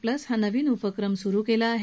plus हा नवा उपक्रम सुरु केला आहे